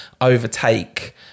overtake